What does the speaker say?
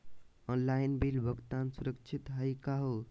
Online bill भुगतान सुरक्षित हई का हो?